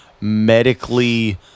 medically